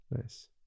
Nice